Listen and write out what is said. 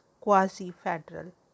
quasi-federal